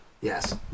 yes